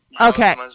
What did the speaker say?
Okay